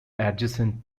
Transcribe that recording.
adjacent